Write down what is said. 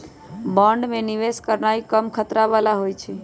bond में निवेश करनाइ कम खतरा बला होइ छइ